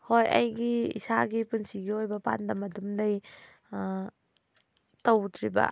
ꯍꯣꯏ ꯑꯩꯒꯤ ꯏꯁꯥꯒꯤ ꯄꯨꯟꯁꯤꯒꯤ ꯑꯣꯏꯕ ꯄꯥꯟꯗꯝ ꯑꯗꯨꯝ ꯂꯩ ꯇꯧꯗ꯭ꯔꯤꯕ